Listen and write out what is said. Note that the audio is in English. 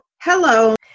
hello